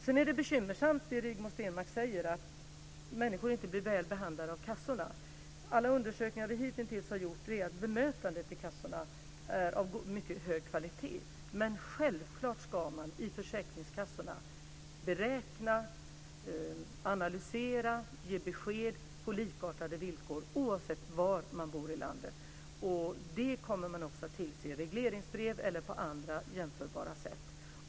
Det är bekymmersamt om människor inte blir väl behandlade av kassorna, som Rigmor Stenmark säger. Alla undersökningar som vi hitintills har gjort visar att bemötandet i kassorna är av mycket hög kvalitet. Men självklart ska man i försäkringskassorna beräkna, analysera och ge besked på likartade villkor oavsett var man bor i landet. Detta kommer också att tillses i regleringsbrev eller på andra jämförbara sätt.